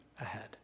ahead